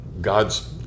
God's